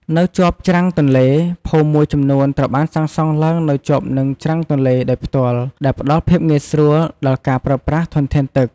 នៅជាប់ច្រាំងទន្លេ ភូមិមួយចំនួនត្រូវបានសាងសង់ឡើងនៅជាប់នឹងច្រាំងទន្លេដោយផ្ទាល់ ដែលផ្តល់ភាពងាយស្រួលដល់ការប្រើប្រាស់ធនធានទឹក។